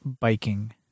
biking